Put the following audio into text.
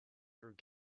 through